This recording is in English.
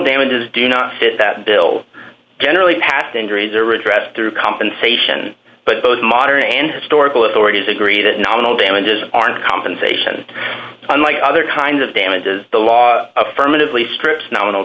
damages do not fit that bill generally past injuries are addressed through compensation but both modern and historical authorities agree that nominal damages aren't compensation unlike other kinds of damages the law affirmatively strips nominal